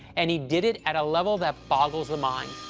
and he did it at a level that boggles the mind.